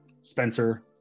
Spencer